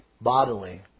bodily